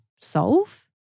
solve